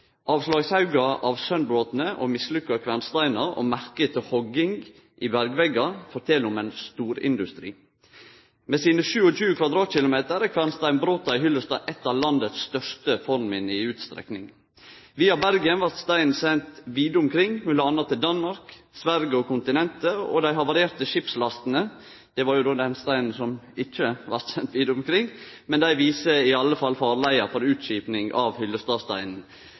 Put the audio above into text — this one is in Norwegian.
Avslagshaugar av sundbrotne og mislukka kvernsteinar og merke etter hogging i bergveggar fortel om ein storindustri. Med sine 27 km2 er kvernsteinsbrota i Hyllestad eitt av landets største fornminne i utstrekning. Via Bergen blei steinar sende vide omkring, m.a. til Danmark, Sverige og kontinentet, og dei havarerte skipslastene – det var dei steinane som ikkje blei sende vide omkring – viser farleia for utskiping av Hyllestad-steinen. Langt det største funnet, med 505 kvernsteinar, blei gjort i